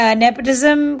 nepotism